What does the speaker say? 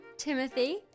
timothy